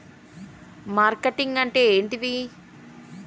Marketing అంటే ఏంటిది?